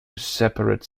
separate